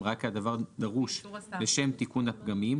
אם ראה כי הדבר דרוש לשם תיקון הפגמים,